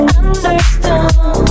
understood